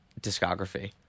discography